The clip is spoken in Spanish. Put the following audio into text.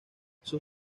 sus